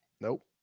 Nope